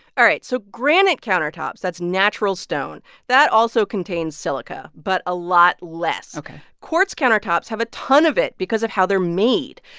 all right. so granite countertops that's natural stone that also contains silica but a lot less ok quartz countertops have a ton of it because of how they're made.